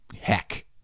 heck